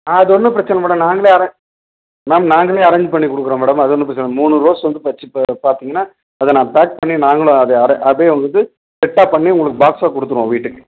அது ஒன்றும் பிரச்சனைல்ல மேடம் நாங்களே அரேஞ்ச் மேம் நாங்களே அரேஞ்ச் பண்ணிக் கொடுக்குறோம் மேடம் அது ஒன்றும் பிரச்சனை இல்லை மூணு ரோஸ் வந்து வச்சு பா பார்த்தீங்கன்னா அதை நான் பேக் பண்ணி நாங்களும் அதை அரே அதே வந்து செட்அப் பண்ணி உங்களுக்கு பாக்ஸாக கொடுத்துருவோம் வீட்டுக்கு